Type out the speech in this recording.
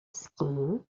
skin